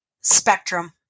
Spectrum